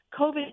COVID